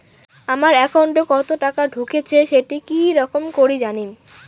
আমার একাউন্টে কতো টাকা ঢুকেছে সেটা কি রকম করি জানিম?